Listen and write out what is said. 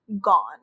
gone